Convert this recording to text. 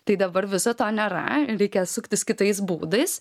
tai dabar viso to nėra reikia suktis kitais būdais